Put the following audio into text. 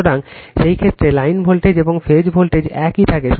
সুতরাং সেই ক্ষেত্রে লাইন ভোল্টেজ এবং ফেজ ভোল্টেজ একই থাকে